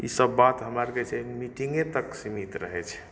ईसब बात हमरा आरके जे छै मीटिंगे तक सिमित रहै छै